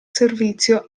servizio